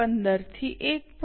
15 થી 1